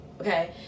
okay